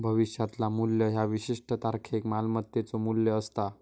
भविष्यातला मू्ल्य ह्या विशिष्ट तारखेक मालमत्तेचो मू्ल्य असता